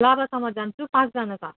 लाभासम्म जान्छु सातजना छ